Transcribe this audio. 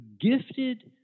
gifted